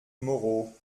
moreau